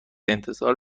انتظار